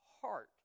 heart